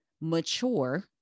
mature